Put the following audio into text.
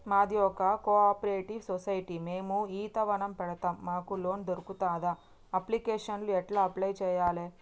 మాది ఒక cooperative society మేము ఈత వనం పెడతం మాకు లోన్ దొర్కుతదా? అప్లికేషన్లను ఎట్ల అప్లయ్ చేయాలే?